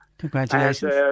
Congratulations